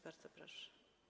Bardzo proszę.